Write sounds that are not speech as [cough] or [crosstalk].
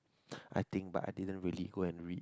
[breath] I think but I didn't really go and read